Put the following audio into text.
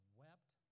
wept